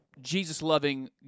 Jesus-loving